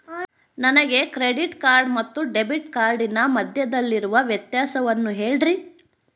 ನನಗೆ credit card ಮತ್ತು debit ಕಾರ್ಡಿನ ಮಧ್ಯದಲ್ಲಿರುವ ವ್ಯತ್ಯಾಸವನ್ನು ಹೇಳ್ರಿ?